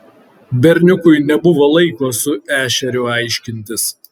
berniukui nebuvo laiko su ešeriu aiškintis